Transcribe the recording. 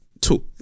two